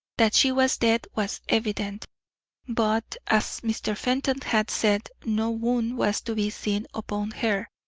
that she was dead was evident but, as mr. fenton had said, no wound was to be seen upon her,